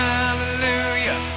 Hallelujah